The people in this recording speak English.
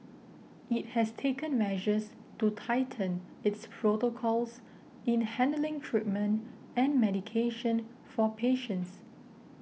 it has taken measures to tighten its protocols in handling treatment and medication for patients